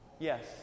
Yes